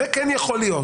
זה כן יכול להיות.